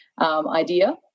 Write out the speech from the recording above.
idea